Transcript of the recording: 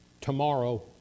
tomorrow